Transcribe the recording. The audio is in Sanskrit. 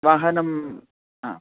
वाहनं हा